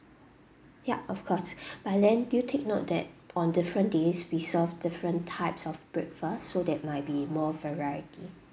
yup of course but you take note that on different days we serve different types of breakfast so that might be more variety